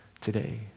today